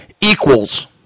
equals